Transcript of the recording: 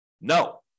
No